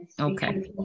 okay